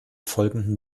folgenden